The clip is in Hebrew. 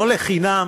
לא לחינם